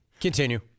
continue